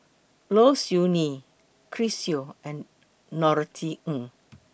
Low Siew Nghee Chris Yeo and Norothy Ng